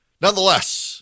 Nonetheless